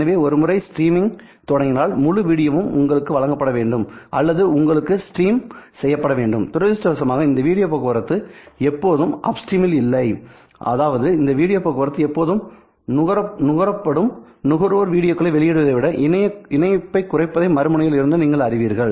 எனவே ஒரு முறை ஸ்டிரீமிங் தொடங்கினால் முழு வீடியோவும் உங்களுக்கு வழங்கப்பட வேண்டும் அல்லது உங்களுக்கு ஸ்ட்ரீம் செய்யப்பட வேண்டும் துரதிர்ஷ்டவசமாக இந்த வீடியோ போக்குவரத்து எப்போதும் அப்ஸ்ட்ரீமில் இல்லை அதாவது இந்த வீடியோ போக்குவரத்து எப்போதும் நுகரப்படும் நுகர்வோர் வீடியோக்களை வெளியிடுவதை விட இணைப்பைக் குறைப்பதை மறுமுனையில் இருந்து நீங்கள் அறிவீர்கள்